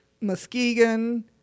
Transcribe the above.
Muskegon